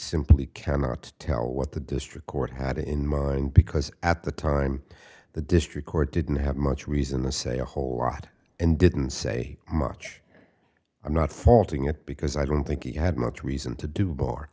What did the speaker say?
simply cannot tell what the district court had in mind because at the time the district court didn't have much reason the say a whole lot and didn't say much i'm not faulting it because i don't think you had much reason to do